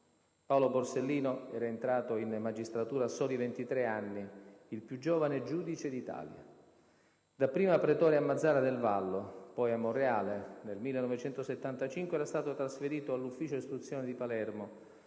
Paolo Borsellino era entrato in magistratura a soli 23 anni, il più giovane giudice d'Italia. Dapprima pretore a Mazara del Vallo, poi a Monreale, nel 1975 era stato trasferito all'Ufficio istruzione di Palermo